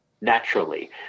naturally